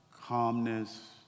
calmness